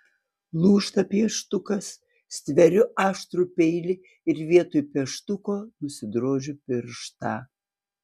lūžta pieštukas stveriu aštrų peilį ir vietoj pieštuko nusidrožiu pirštą